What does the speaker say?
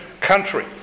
country